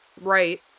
right